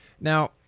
Now